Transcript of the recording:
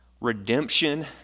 Redemption